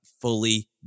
fully